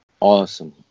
Awesome